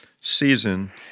season